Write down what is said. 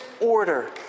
order